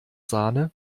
sahne